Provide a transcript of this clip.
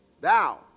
thou